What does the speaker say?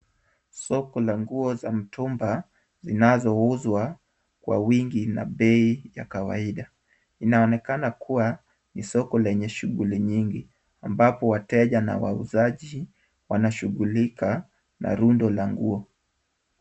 Soko la nguo za mtumba, zinazouzwa kwa wingi na bei ya kawaida. Inaonekana kuwa ni soko lenye shughuli nyingi ambako wateja na wauzaji wanashughulika na rundo la nguo.